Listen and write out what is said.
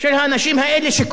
שכל שקל חשוב להם.